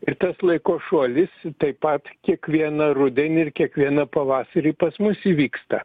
ir tas laiko šuolis taip pat kiekvieną rudenį ir kiekvieną pavasarį pas mus įvyksta